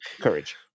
Courage